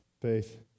Faith